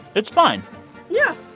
it's fine yeah,